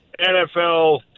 NFL